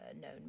known